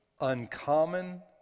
uncommon